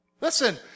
Listen